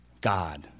God